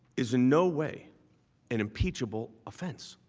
is no way and impeachable offense.